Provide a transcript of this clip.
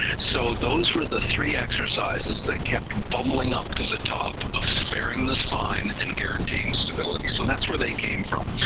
so those were the three exercises that kept bubbling up to the top of sparing the spine and guaranteeing stability, so that's where they came from,